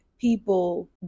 people